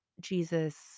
Jesus